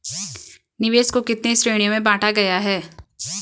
निवेश को कितने श्रेणियों में बांटा गया है?